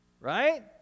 Right